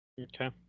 okay